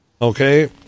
okay